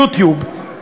"יוטיוב":